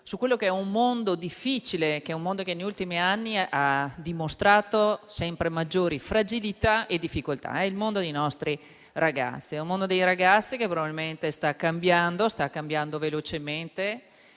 su quello che è un mondo difficile, che negli ultimi anni ha dimostrato sempre maggiori fragilità e difficoltà. È il mondo dei nostri ragazzi. È un mondo che probabilmente sta cambiando velocemente,